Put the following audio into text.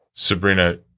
Sabrina